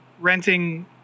renting